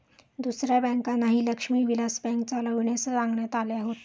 दुसऱ्या बँकांनाही लक्ष्मी विलास बँक चालविण्यास सांगण्यात आले होते